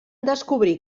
descobrí